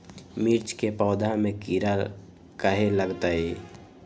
मिर्च के पौधा में किरा कहे लगतहै?